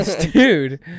dude